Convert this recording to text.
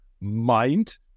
mind